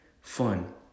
fun